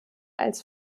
als